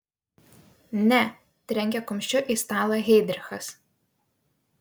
ne trenkė kumščiu į stalą heidrichas